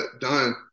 done